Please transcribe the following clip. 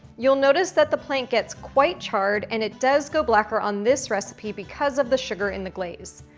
you'll notice that the plank gets quite charred and it does go blacker on this recipe because of the sugar in the glaze.